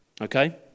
Okay